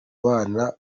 bana